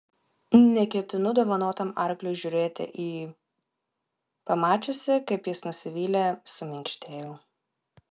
neketinu dovanotam arkliui žiūrėti į pamačiusi kaip jis nusivylė suminkštėjau